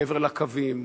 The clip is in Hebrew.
מעבר לקווים,